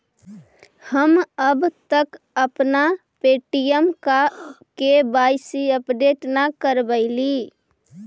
हम अब तक अपना पे.टी.एम का के.वाई.सी अपडेट न करवइली